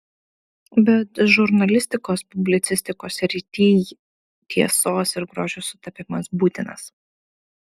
bet žurnalistikos publicistikos srityj tiesos ir grožio sutapimas būtinas